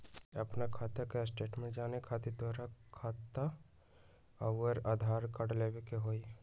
आपन खाता के स्टेटमेंट जाने खातिर तोहके खाता अऊर आधार कार्ड लबे के होइ?